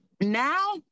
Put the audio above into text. now